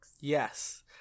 Yes